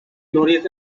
glorious